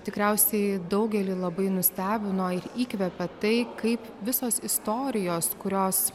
tikriausiai daugelį labai nustebino ir įkvepia tai kaip visos istorijos kurios